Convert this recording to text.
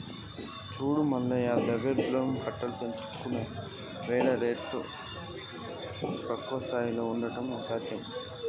చూడు మల్లయ్య ద్రవ్యోల్బణం కట్టలు తెంచుకున్నవేల రేట్లు తక్కువ స్థాయిలో ఉండడం అసాధ్యం